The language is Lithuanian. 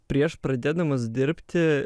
prieš pradėdamas dirbti